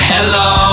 Hello